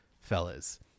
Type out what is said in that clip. fellas